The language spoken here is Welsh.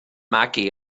magu